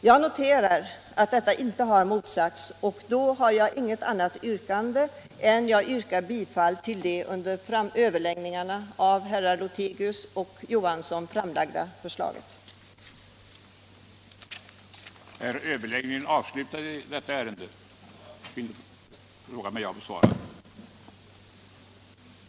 Jag noterar alltså att detta inte har motsagts, och då har jag inget annat yrkande än bifall till det under överläggningen av herr Lothigius och herr Johansson i Skärstad framställda yrkandet.